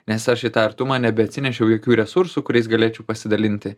nes aš į tą artumą nebe atsinešiau jokių resursų kuriais galėčiau pasidalinti